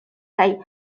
kaj